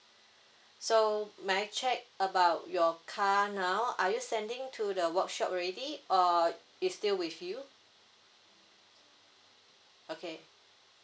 so may I check about your car now are you sending to the workshop already or it still with you okay